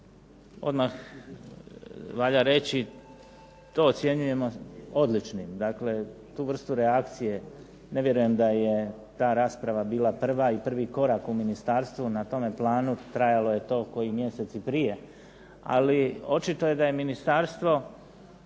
Odmah valja reći to ocjenjujemo odličnim. Dakle, tu vrstu reakcije, ne vjerujem da je ta rasprava bila prva i prvi korak u ministarstvu na tome planu. Trajalo je to koji mjesec i prije, ali očito da je ministarstvo